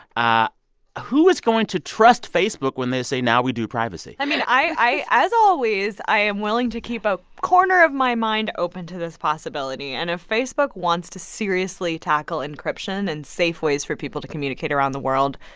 who is going to trust facebook when they say, now we do privacy? i mean, i as always, i am willing to keep a corner of my mind open to this possibility. and if facebook wants to seriously tackle encryption and safe ways for people to communicate around the world,